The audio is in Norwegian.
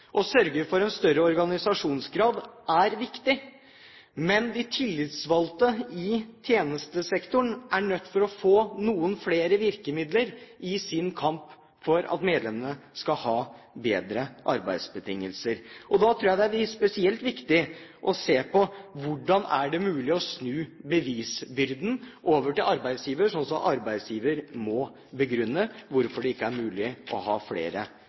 å sørge for en større organisasjonsgrad er viktig, men de tillitsvalgte i tjenestesektoren er nødt til å få noen flere virkemidler i sin kamp for at medlemmene skal ha bedre arbeidsbetingelser. Da tror jeg det er spesielt viktig å se på hvordan det er mulig å snu bevisbyrden over til arbeidsgiver, slik at arbeidsgiver må begrunne hvorfor det ikke er mulig å ha flere